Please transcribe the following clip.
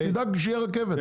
אז תדאג שתהיה רכבת.